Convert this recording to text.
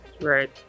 right